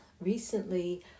Recently